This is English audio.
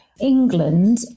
England